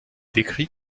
décrit